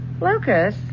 Lucas